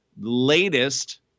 latest